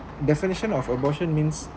definition of abortion means